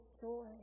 joy